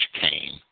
came